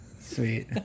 sweet